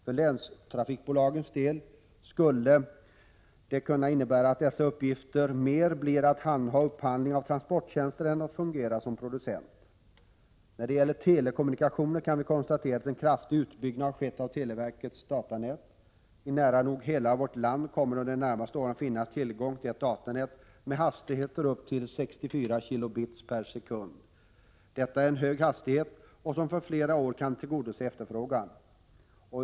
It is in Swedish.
För länstrafikbolagens del skulle det kunna innebära att deras uppgifter mer blir att handha upphandling av transporttjänster än att fungera som producent. När det gäller telekommunikationer kan vi konstatera att en kraftig utbyggnad har skett av televerkets datanät. I nära nog hela vårt land kommer det under de närmaste åren att finnas tillgång till ett datanät med hastigheter på upp till 64 kilobits per sekund. Detta är en hög hastighet, som för flera år kan tillgodose efterfrågan.